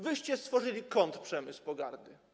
Wyście stworzyli kontrprzemysł pogardy.